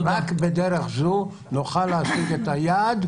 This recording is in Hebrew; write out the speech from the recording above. רק בדרך זו נוכל להשיג את היעד,